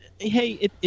hey